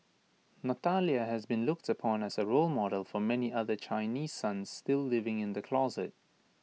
Natalia has been looked upon as A role model for many other Chinese sons still living in the closet